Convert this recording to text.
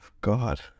god